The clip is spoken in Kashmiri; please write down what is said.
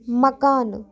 مکانہٕ